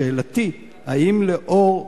שאלתי, האם לאור הדברים,